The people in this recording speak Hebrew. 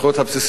וגם,